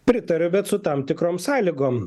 pritariu bet su tam tikrom sąlygom